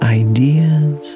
ideas